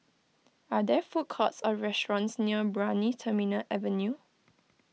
are there food courts or restaurants near Brani Terminal Avenue